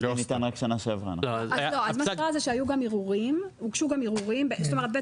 מה שקרה זה שהוגשו גם ערעורים; בית